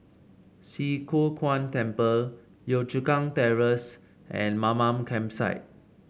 Swee Kow Kuan Temple Yio Chu Kang Terrace and Mamam Campsite